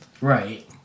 Right